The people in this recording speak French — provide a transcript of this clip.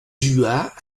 juas